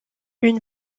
une